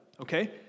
okay